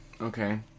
Okay